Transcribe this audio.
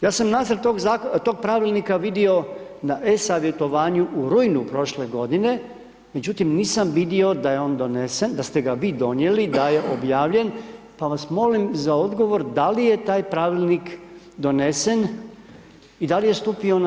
Ja sam nacrt tog zakona, tog pravilnika vidio na e-savjetovanju u rujnu prošle godine, međutim nisam vidio da je on donesen da ste ga vi donijeli, da je objavljen, pa vas molim za odgovor da li je taj pravilnik donesen i da li je stupio na snagu?